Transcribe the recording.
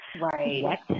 Right